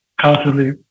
constantly